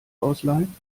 ausleihen